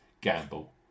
gamble